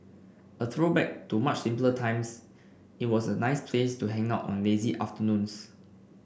a throwback to much simpler times it was a nice place to hang out on lazy afternoons